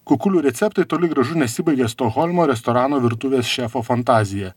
kukulių receptai toli gražu nesibaigė stokholmo restorano virtuvės šefo fantazija